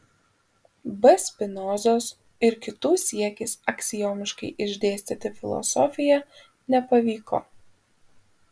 b spinozos ir kitų siekis aksiomiškai išdėstyti filosofiją nepavyko